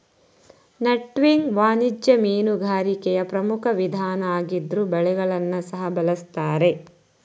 netting ವಾಣಿಜ್ಯ ಮೀನುಗಾರಿಕೆಯ ಪ್ರಮುಖ ವಿಧಾನ ಆಗಿದ್ರೂ ಬಲೆಗಳನ್ನ ಸಹ ಬಳಸ್ತಾರೆ